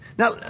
Now